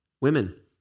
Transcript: Women